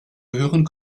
gehören